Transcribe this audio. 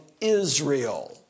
Israel